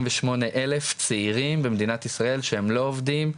ושמונה אלף צעירים במדינת ישראל שהם לא עובדים,